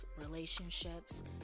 relationships